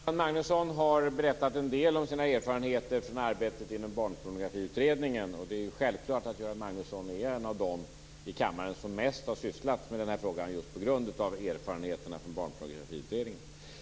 Herr talman! Göran Magnusson har berättat en del om sina erfarenheter från arbetet i Barnpornografiutredningen. Det är självklart att Göran Magnusson är en av dem i kammaren som mest har sysslat med frågan just därför att han arbetat i utredningen.